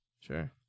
Sure